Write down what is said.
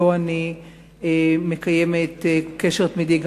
שאתו אני מקיימת קשר תמידי,